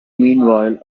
meanwhile